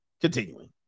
Continuing